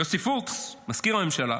יוסי פוקס, מזכיר הממשלה,